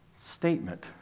statement